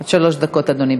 עד שלוש דקות, אדוני.